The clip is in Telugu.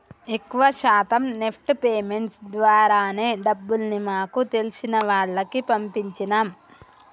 ఎక్కువ శాతం నెఫ్ట్ పేమెంట్స్ ద్వారానే డబ్బుల్ని మాకు తెలిసిన వాళ్లకి పంపించినం